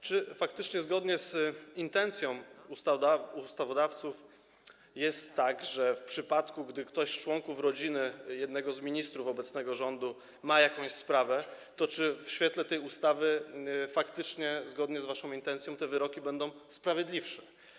Czy faktycznie zgodnie z intencją ustawodawców jest tak, że w przypadku gdy ktoś z członków rodziny jednego z ministrów obecnego rządu ma jakąś sprawę, to w świetle tej ustawy, zgodnie z waszą intencją te wyroki faktycznie będą sprawiedliwsze?